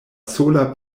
sola